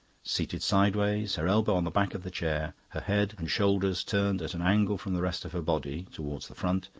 seated sideways, her elbow on the back of the chair, her head and shoulders turned at an angle from the rest of her body, towards the front,